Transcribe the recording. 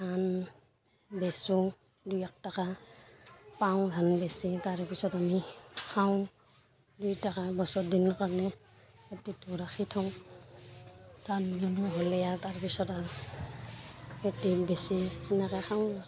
ধান বেচোঁ দুই একটকা পাওঁ ধান বেচি তাৰপিছত আমি খাওঁ দুইটকা বছৰ দিনৰ কাৰণে খেতিটো ৰাখি থওঁ ধান নোহোৱা হ'লে আৰ তাৰপিছত আৰু খেতি বেচি সেনেকৈ খাওঁ আৰ